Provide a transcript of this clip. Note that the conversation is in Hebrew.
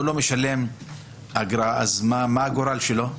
אם הוא לא משלם אגרה, מה הגורל שלו?